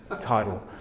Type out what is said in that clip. title